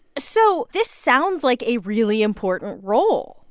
so this sounds like a really important role,